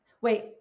Wait